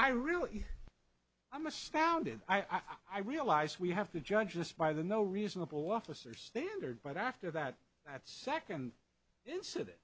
i really i'm astounded i realize we have to judge this by the no reasonable officer standard but after that that second incident